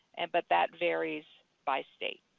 and but that varies by state.